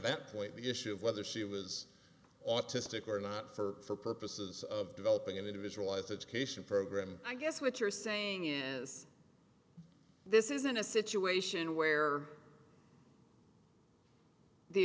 that point the issue of whether she was autistic or not for purposes of developing an individualized education program i guess what you're saying is this isn't a situation where the